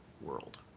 world